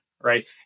right